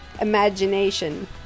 imagination